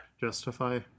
Justify